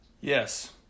Yes